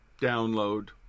download